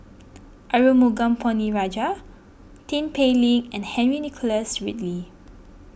Arumugam Ponnu Rajah Tin Pei Ling and Henry Nicholas Ridley